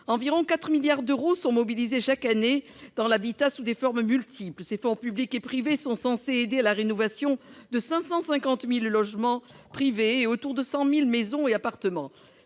Environ 4 milliards d'euros sont mobilisés chaque année pour l'habitat sous des formes multiples. Ces fonds publics et privés sont censés aider à la rénovation de 550 000 logements privés et autour de 100 000 maisons et appartements.